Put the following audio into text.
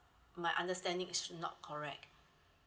my understanding is not correct